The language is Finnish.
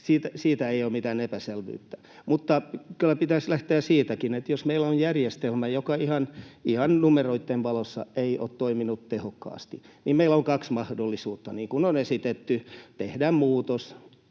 siitä ei ole mitään epäselvyyttä. Mutta kyllä pitäisi lähteä siitäkin, että jos meillä on järjestelmä, joka ihan numeroitten valossa ei ole toiminut tehokkaasti, niin meillä on kaksi mahdollisuutta niin kuin on esitetty: tehdään muutos,